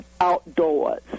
outdoors